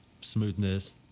Smoothness